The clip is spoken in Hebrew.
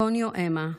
קוניו אמה,